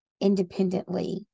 independently